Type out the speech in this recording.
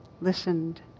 listened